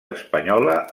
espanyola